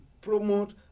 promote